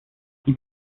die